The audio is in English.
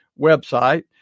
website